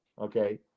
okay